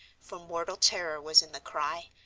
for mortal terror was in the cry,